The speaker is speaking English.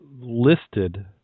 listed